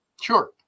Sure